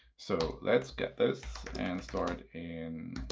so let's get this and store it in